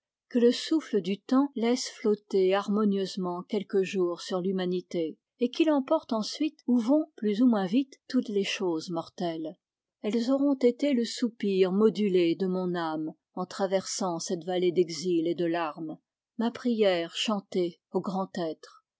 que le souffle du temps laisse flotter harmonieusement quelques jours sur l humanité et qu'il emporte ensuite où vont plus ou moins vite toutes les choses mortelles elles auront été le soupir modulé de mon ame en traversant cette vallée d'exil et de larmes ma prière chantée au grand